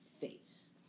face